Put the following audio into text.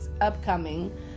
upcoming